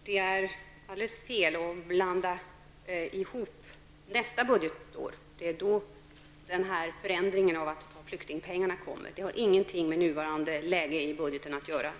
Herr talman! Det är fel att blanda in nästa budgetår. Det är då förändringarna sker med flyktingpengarna. Det har ingenting med nuvarande läge i budgeten att göra.